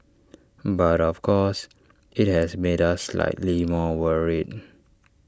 but of course IT has made us slightly more worried